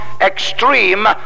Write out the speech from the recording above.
extreme